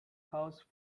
housed